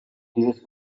dieses